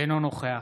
אינו נוכח